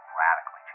radically